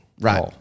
Right